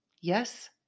Yes